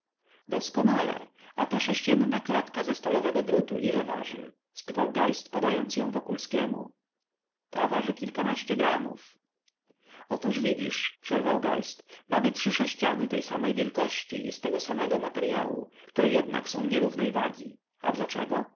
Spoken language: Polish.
doskonale a ta sześcienna klatka ze stalowego drutu ile waży spytał geist podając ją wokulskiemu ta waży kilkanaście gramów otóż widzisz przerwał geist mamy trzy sześciany tej samej wielkości i z tego samego materyału które jednak są nierównej wagi a dlaczego